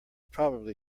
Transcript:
probably